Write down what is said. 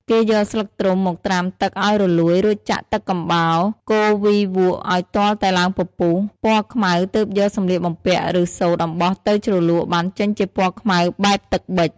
គេយកស្លឹកត្រុំមកត្រាំទឹកឱ្យរលួយរួចចាក់ទឹកកំបោរ កូរវីវក់ឱ្យទាល់តែឡើងពពុះ ពណ៌ខ្មៅទើបយកសម្លៀកបំពាក់ ឬ សូត្រអំបោះទៅជ្រលក់បានចេញជាពណ៌ខ្មៅបែបទឹកប៊ិច។